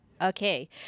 Okay